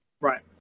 Right